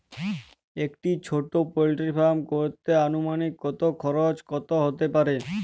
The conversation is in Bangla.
একটা ছোটো পোল্ট্রি ফার্ম করতে আনুমানিক কত খরচ কত হতে পারে?